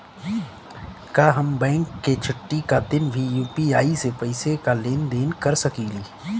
का हम बैंक के छुट्टी का दिन भी यू.पी.आई से पैसे का लेनदेन कर सकीले?